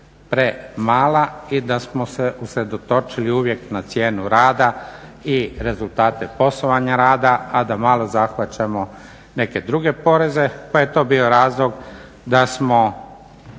premala i da smo se usredotočili uvijek na cijenu rada i rezultate poslovanja rada, a da malo zahvaćamo neke druge poreze pa je to bio razlog da smo